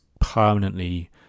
permanently